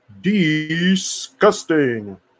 disgusting